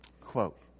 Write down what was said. Quote